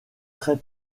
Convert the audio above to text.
très